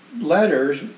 letters